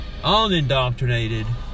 unindoctrinated